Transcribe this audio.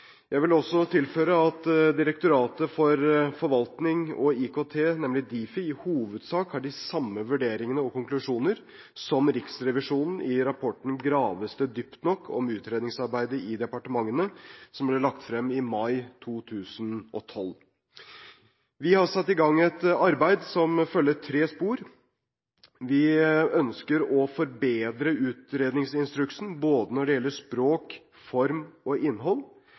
Jeg vil også tilføre at Direktoratet for forvaltning og IKT, nemlig Difi, i hovedsak har de samme vurderinger og konklusjoner som Riksrevisjonen i rapporten «Graves det dypt nok – Om utredningsarbeidet i departementene», som ble lagt frem i mai 2012. Vi har satt i gang et arbeid som følger tre spor. Vi ønsker å forbedre utredningsinstruksen når det gjelder både språk, form og innhold.